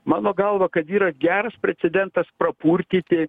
mano galva kad yra geras precedentas prapurtyti